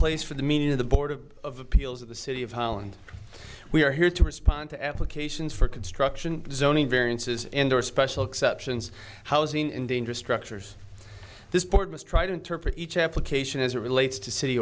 place for the media the board of appeals of the city of holland we are here to respond to applications for construction zoning variances and or special exceptions housing in dangerous structures this board must try to interpret each application as it relates to city